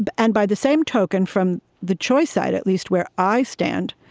but and by the same token, from the choice side, at least where i stand,